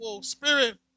spirit